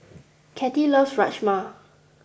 Kathie loves Rajma